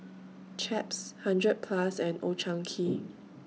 Chaps hundred Plus and Old Chang Kee